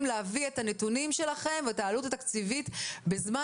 להביא את הנתונים שלכם ואת העלות התקציבית בזמן